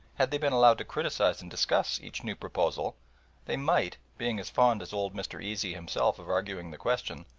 had they been allowed to criticise and discuss each new proposal they might, being as fond as old mr. easy himself of arguing the question,